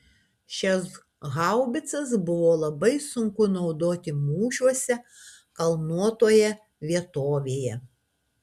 šias haubicas buvo labai sunku naudoti mūšiuose kalnuotoje vietovėje